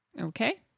Okay